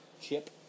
Chip